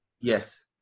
Yes